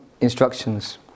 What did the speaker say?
instructions